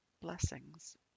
blessings